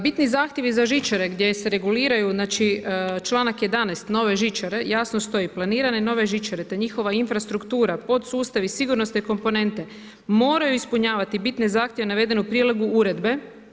Bitni zahtjevi za žičare gdje se reguliraju članak 11. na ove žičare, jasno stoji planirane nove žičare te njihova infrastruktura, podsustavi, sigurnosne komponente, moraju ispunjavati bitne zahtjeve naveden u prilogu uredbe.